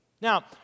Now